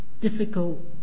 difficult